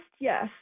yes